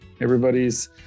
everybody's